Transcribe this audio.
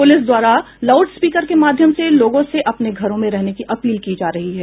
police द्वारा loudspeaker के माध्यम से लोगों से अपने घरों में रहने की अपील की जा रही है